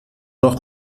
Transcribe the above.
noch